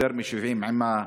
יותר מ-70,000,